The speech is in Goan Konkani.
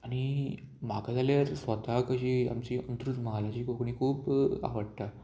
आनी म्हाका जाल्यार स्वताक अशी आमची अंत्रूज महालाची कोंकणी खूब आवडटा